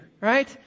right